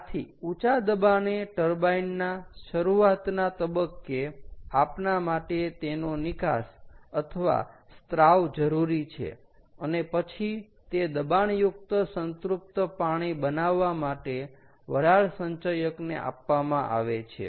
આથી ઊંચા દબાણે ટર્બાઈન ના શરૂઆતના તબક્કે આપના માટે તેનો નિકાસ અથવા સ્ત્રાવ જરૂરી છે અને પછી તે દબાણયુકત સંતૃપ્ત પાણી બનાવવા માટે વરાળ સંચયકને આપવામાં આવે છે